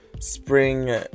spring